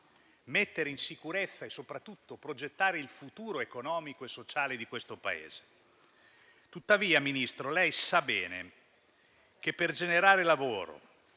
mettere in sicurezza e soprattutto per progettare il futuro economico e sociale di questo Paese. Tuttavia, Ministro, lei sa bene che non si genera lavoro